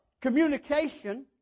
communication